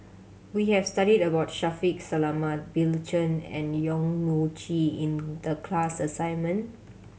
we have studied about Shaffiq Selamat Bill Chen and Yong Mun Chee in the class assignment